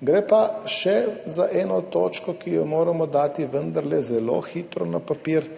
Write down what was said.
Gre pa še za eno točko, ki jo moramo vendarle dati zelo hitro na papir,